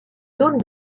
zones